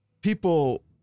people